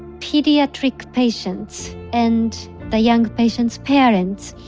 pediatric patients and the young patients' parents.